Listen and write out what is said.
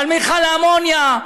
ועל מכל האמוניה,